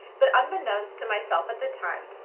but unbeknownst to myself at the time,